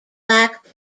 black